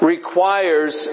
requires